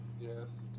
Yes